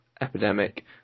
epidemic